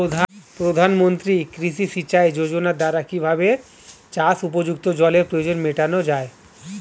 প্রধানমন্ত্রী কৃষি সিঞ্চাই যোজনার দ্বারা কিভাবে চাষ উপযুক্ত জলের প্রয়োজন মেটানো য়ায়?